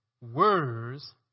Words